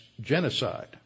genocide